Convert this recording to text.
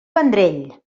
vendrell